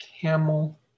Camel